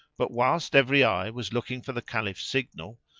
but whilst every eye was looking for the caliph's signal,